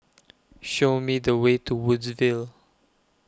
Show Me The Way to Woodsville